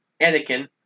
Anakin